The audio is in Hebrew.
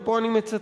ופה אני מצטט,